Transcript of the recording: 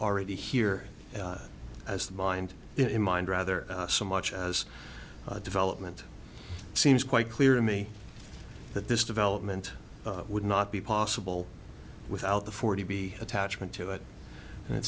already here as the bind in mind rather so much as development seems quite clear to me that this development would not be possible without the forty attachment to it and it